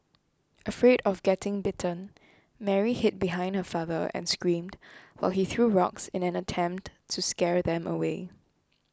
afraid of getting bitten Mary hid behind her father and screamed while he threw rocks in an attempt to scare them away